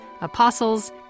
apostles